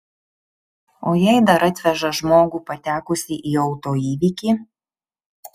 o jei dar atveža žmogų patekusį į auto įvykį